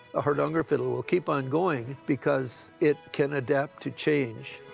ah hardanger fiddle will keep on going because it can adapt to change.